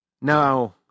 No